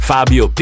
Fabio